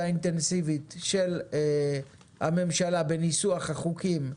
אינטנסיבית של הממשלה בניסוח החוקים,